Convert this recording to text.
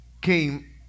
came